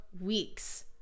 weeks